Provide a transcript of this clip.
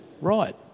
right